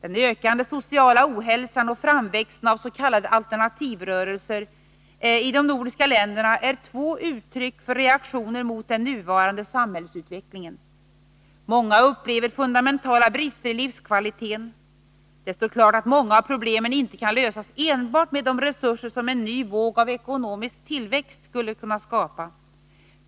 Den ökande sociala ohälsan och framväxten av s.k. alternativrörelser i de nordiska länderna är två uttryck för reaktioner mot den nuvarande samhällsutvecklingen. Många upplever fundamentala brister i livskvaliteten. Det står klart att många av problemen inte kan lösas enbart med de resurser som en ny våg med ekonomisk tillväxt skulle kunna skapa.